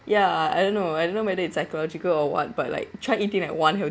ya I don't know I don't know whether it's psychological or what but like try eating like one healthy